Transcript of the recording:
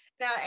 Now